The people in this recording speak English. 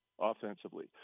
offensively